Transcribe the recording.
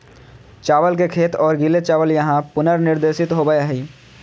चावल के खेत और गीले चावल यहां पुनर्निर्देशित होबैय हइ